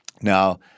Now